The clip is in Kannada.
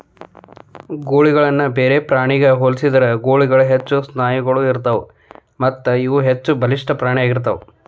ಗೂಳಿಗಳನ್ನ ಬೇರೆ ಪ್ರಾಣಿಗ ಹೋಲಿಸಿದ್ರ ಗೂಳಿಗಳಿಗ ಹೆಚ್ಚು ಸ್ನಾಯುಗಳು ಇರತ್ತಾವು ಮತ್ತಇವು ಹೆಚ್ಚಬಲಿಷ್ಠ ಪ್ರಾಣಿ ಆಗಿರ್ತಾವ